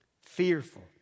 Fearful